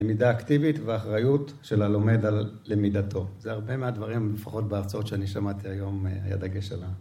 למידה אקטיבית ואחריות של הלומד על למידתו. זה הרבה מהדברים, לפחות בהרצאות שאני שמעתי היום, היה דגש על ה...